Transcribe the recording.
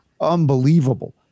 unbelievable